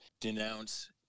denounce